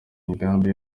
imigambi